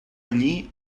allí